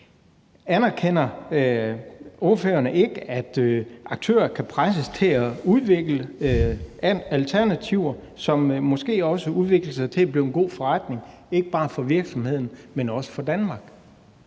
Anerkender ordføreren ikke, at aktører kan presses til at udvikle alternativer, som måske også udvikler sig til at blive en god forretning, ikke bare for virksomheden, men også for Danmark?